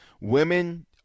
Women